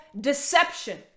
deception